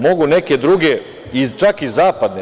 Mogu neke druge, čak i zapadne.